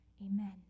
amen